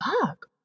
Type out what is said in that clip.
fuck